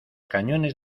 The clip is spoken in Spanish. cañones